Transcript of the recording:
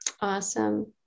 Awesome